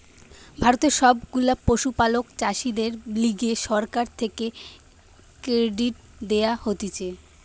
ভারতের সব গুলা পশুপালক চাষীদের লিগে সরকার থেকে ক্রেডিট দেওয়া হতিছে